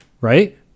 right